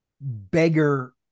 beggar